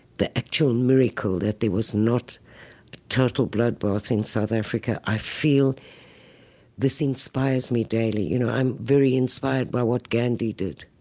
the actual and miracle that there was not total bloodbath in south africa, i feel this inspires me daily. you know, i'm very inspired by what gandhi did.